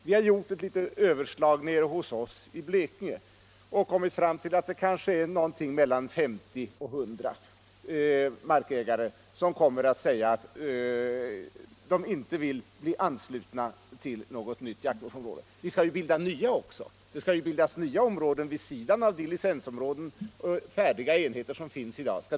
Vi har gjort ett överslag nere hos oss i Blekinge och kommit fram till att det kanske blir 50-100 markägare som inte vill bli anslutna till något nytt jaktvårdsområde. Det skall ju också bli nya områden vid sidan om de licensområden och färdiga enheter som finns i dag.